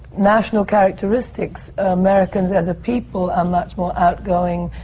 national characteristics. americans as a people are much more outgoing,